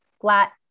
flat